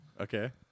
Okay